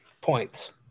points